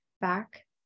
Back